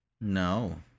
No